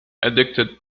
addicted